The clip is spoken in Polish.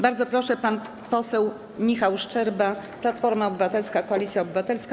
Bardzo proszę, pan poseł Michał Szczerba, Platforma Obywatelska - Koalicja Obywatelska.